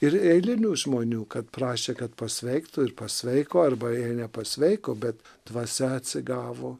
ir eilinių žmonių kad prašė kad pasveiktų ir pasveiko arba jei nepasveiko bet dvasia atsigavo